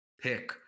pick